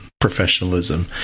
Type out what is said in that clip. professionalism